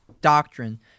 doctrine